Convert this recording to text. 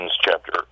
chapter